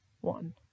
one